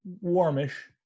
Warmish